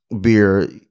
beer